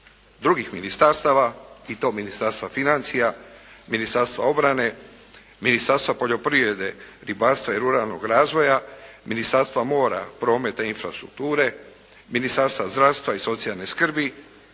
drugih ministarstava i to Ministarstva financija, Ministarstva obrane, Ministarstva poljoprivrede, ribarstva i ruralnog razvoja, Ministarstva mora, prometa i infrastrukture, Ministarstva zdravstva i socijalne skrbi,